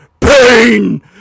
PAIN